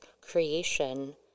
creation